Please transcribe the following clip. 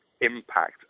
impact